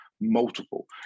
multiple